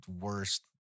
worst